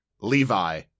Levi